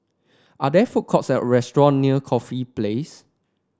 are there food courts or restaurant near Corfe Place